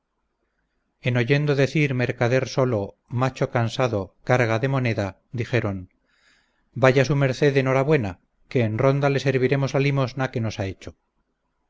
en oyendo decir mercader solo macho cansado carga de moneda dijeron vaya su merced en hora buena que en ronda le serviremos la limosna que nos ha hecho